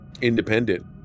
independent